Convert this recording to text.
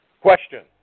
Question